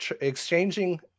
exchanging